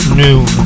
noon